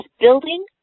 building